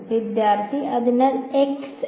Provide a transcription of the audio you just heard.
വിദ്യാർത്ഥി അതിനാൽ x n